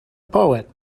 poet